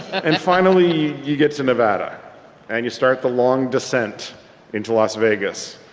and finally you get to nevada and you start the long decent into las vegas.